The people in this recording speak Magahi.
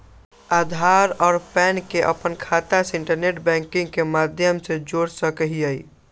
आधार और पैन के अपन खाता से इंटरनेट बैंकिंग के माध्यम से जोड़ सका हियी